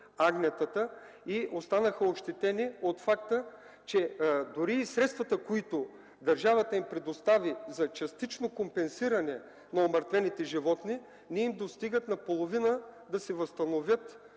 агнетата и останаха ощетени. Дори средствата, които държавата им предостави за частично компенсиране на умъртвените животни, не им достигат наполовина да си възстановят